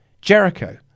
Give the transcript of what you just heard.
Jericho